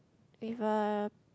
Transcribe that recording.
with a